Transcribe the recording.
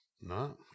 No